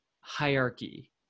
hierarchy